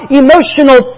emotional